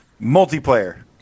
multiplayer